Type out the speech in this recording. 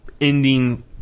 ending